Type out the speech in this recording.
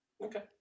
Okay